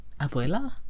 abuela